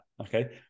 okay